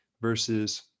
versus